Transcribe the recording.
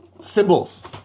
symbols